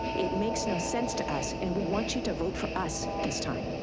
it makes no sense to us, and we want you to vote for us this time.